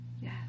yes